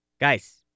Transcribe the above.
Guys